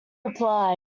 reply